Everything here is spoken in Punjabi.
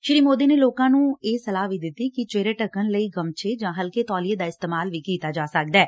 ਸ਼੍ਰੀ ਮੋਦੀ ਨੇ ਲੋਕਾਂ ਨੂੰ ਇਹ ਸਲਾਹ ਵੀ ਦਿੱਤੀ ਕਿ ਚੇਹਰੇ ਢੱਕਣ ਲਈ 'ਗਮਛੇ' ਜਾਂ ਹਲਕੇ ਤੋਲੀਏ ਦਾ ਇਸਤੇਮਾਲ ਕੀਤਾ ਜਾ ਸਕਦੈ